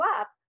up